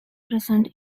present